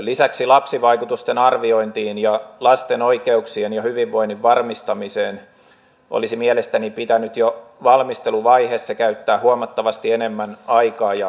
lisäksi lapsivaikutusten arviointiin ja lasten oikeuksien ja hyvinvoinnin varmistamiseen olisi mielestäni pitänyt jo valmisteluvaiheessa käyttää huomattavasti enemmän aikaa ja resursseja